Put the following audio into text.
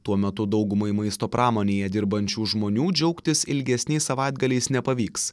tuo metu daugumai maisto pramonėje dirbančių žmonių džiaugtis ilgesniais savaitgaliais nepavyks